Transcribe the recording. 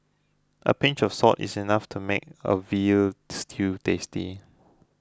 a pinch of salt is enough to make a Veal Stew tasty